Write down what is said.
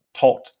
taught